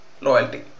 loyalty